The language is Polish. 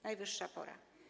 Najwyższa pora.